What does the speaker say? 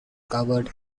covered